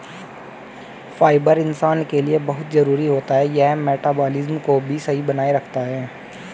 fibre इंसान के लिए बहुत जरूरी होता है यह मटबॉलिज़्म को भी सही बनाए रखता है